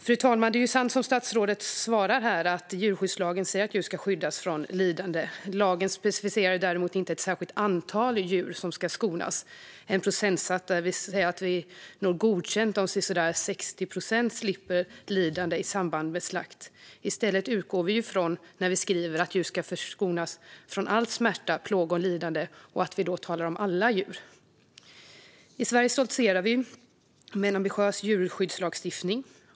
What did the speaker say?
Fru talman! Det är sant som statsrådet svarar att djurskyddslagen säger att djur ska skyddas från lidande. Lagen specificerar däremot inte ett särskilt antal djur som ska skonas eller en procentsats som ger godkänt om sisådär 60 procent slipper lidande i samband med slakt. I stället utgår vi, när vi skriver, från att djur ska förskonas från all smärta, plåga och lidande och att vi då talar om alla djur. I Sverige stoltserar vi med en ambitiös djurskyddslagstiftning.